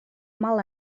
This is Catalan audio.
mal